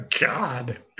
god